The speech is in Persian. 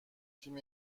تیم